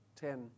ten